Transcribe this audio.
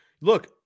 look